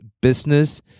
Business